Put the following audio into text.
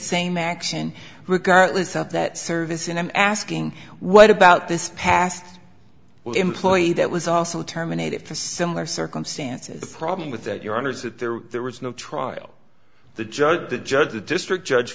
same action regardless of that service and i'm asking what about this past well employee that was also terminated for similar circumstances the problem with your honor's that there were there was no trial the judge the judge the district judge